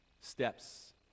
steps